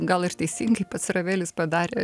gal ir teisingai pats ravelis padarė